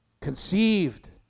conceived